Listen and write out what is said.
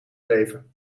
leven